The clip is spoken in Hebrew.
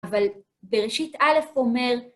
אבל בראשית א' אומר...